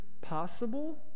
possible